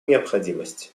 необходимости